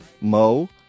Mo